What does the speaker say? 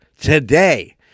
Today